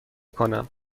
کنم